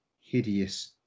hideous